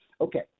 Okay